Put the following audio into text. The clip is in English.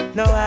no